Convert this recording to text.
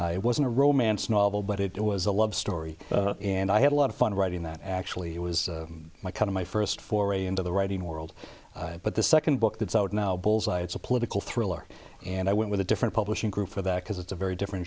it wasn't a romance novel but it was a love story and i had a lot of fun writing that actually was my kind of my first foray into the writing world but the second book that's out now bull's eye it's a political thriller and i went with a different publishing group for that because it's a very different